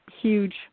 huge